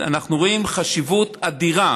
אנחנו רואים חשיבות אדירה